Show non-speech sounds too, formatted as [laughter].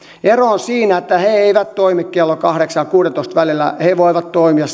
on siinä että he eivät toimi kello kahdeksan ja kuudentoista välillä he voivat toimia [unintelligible]